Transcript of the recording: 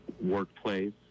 workplace